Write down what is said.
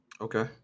Okay